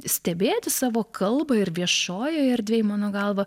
stebėti savo kalbą ir viešojoje erdvėj mano galva